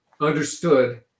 understood